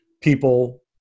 people